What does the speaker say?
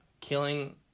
killing